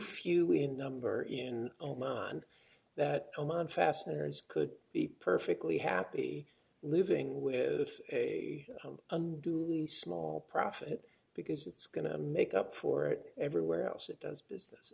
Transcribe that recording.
few in number in oman that oman fasteners could be perfectly happy living with a unduly small profit because it's going to make up for it everywhere else it does business